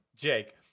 Jake